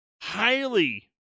highly